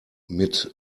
mit